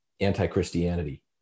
anti-Christianity